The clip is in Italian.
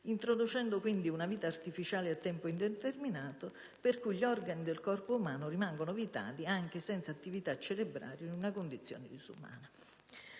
introducendo quindi una vita artificiale a tempo indeterminato, per cui gli organi del corpo umano rimangono vitali anche senza attività cerebrale, in una condizione disumana.